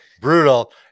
brutal